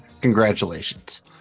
Congratulations